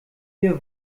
wir